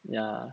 yeah